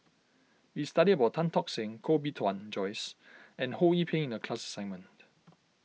we studied about Tan Tock Seng Koh Bee Tuan Joyce and Ho Yee Ping in the class assignment